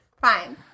Fine